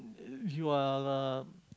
if you are uh